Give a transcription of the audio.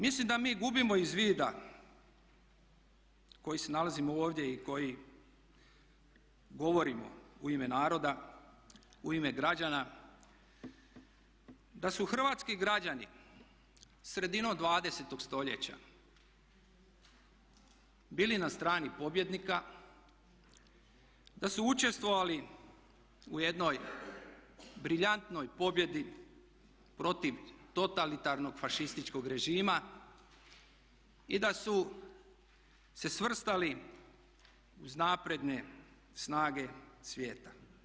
Mislim da mi gubimo iz vida, koji se nalazimo ovdje i koji govorimo u ime naroda, u ime građana, da su hrvatski građani sredinom 20.-og stoljeća bili na strani pobjednika, da su učestvovali u jednoj briljantnoj pobjedi protiv totalitarnog fašističkog režima i da su se svrstali uz napredne snage svijeta.